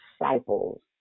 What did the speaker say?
disciples